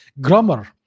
grammar